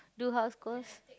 do house chores